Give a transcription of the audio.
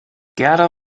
gerda